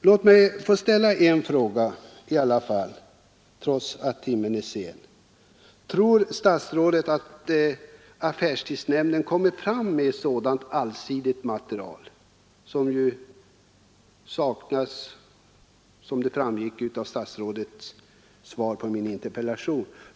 Låt mig få ställa en fråga i alla fall, trots att timmen är sen: Tror statsrådet att affärstidsnämnden kommer fram med ett allsidigt material? Att det saknas framgick som ett svar på min interpellation.